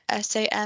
SAM